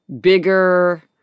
bigger